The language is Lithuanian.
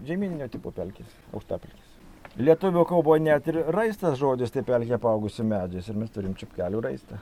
žemyninio tipo pelkės aukštapelkės lietuvių kalboj net ir raistas žodis tai pelkė apaugusi medžiais ir mes turim čepkelių raistą